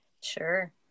Sure